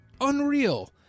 unreal